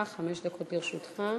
בבקשה, חמש דקות לרשותך.